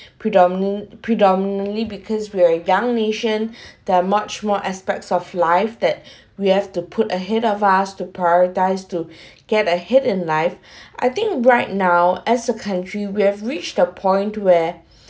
predominant~ predominantly because we're young nation there are much more aspects of life that we have to put ahead of us to prioritise to get ahead in life I think right now as a country we have reached the point where